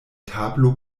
tablo